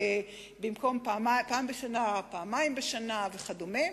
במקום פעם בשנה פעמיים בשנה וכדומה.